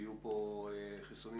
כשיהיו חיסונים